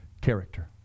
character